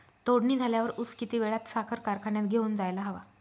तोडणी झाल्यावर ऊस किती वेळात साखर कारखान्यात घेऊन जायला हवा?